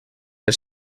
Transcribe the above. del